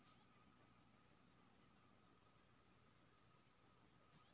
टमाटर के शीत गोदाम में कतेक दिन तक रखल जा सकय छैय?